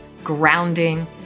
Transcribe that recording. grounding